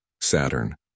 Saturn